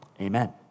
amen